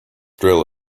drill